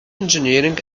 engineering